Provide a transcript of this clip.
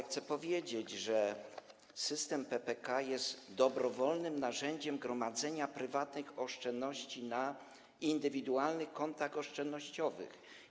Chcę powiedzieć, że system PPK jest dobrowolnym narzędziem gromadzenia prywatnych oszczędności na indywidualnych kontach oszczędnościowych.